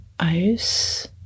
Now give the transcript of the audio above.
ice